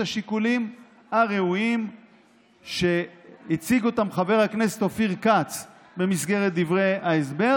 השיקולים הראויים שהציג חבר הכנסת אופיר כץ במסגרת דברי ההסבר